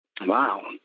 wow